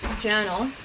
journal